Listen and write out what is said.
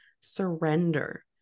surrender